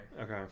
Okay